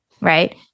right